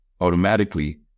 automatically